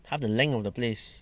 half the length of the place